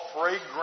fragrant